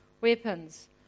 weapons